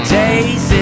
days